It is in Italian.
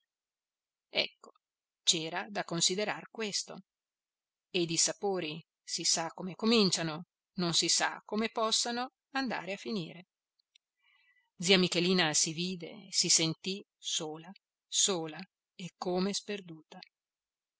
ecco c'era da considerar questo e i dissapori si sa come cominciano non si sa come possano andare a finire zia michelina si vide si sentì sola sola e come sperduta